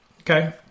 Okay